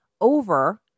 over